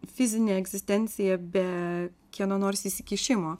fizinė egzistencija be kieno nors įsikišimo